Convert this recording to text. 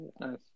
Nice